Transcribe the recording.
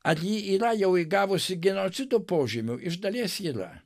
ar ji yra jau įgavusi genocido požymių iš dalies yra